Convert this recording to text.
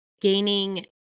gaining